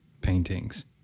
paintings